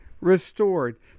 restored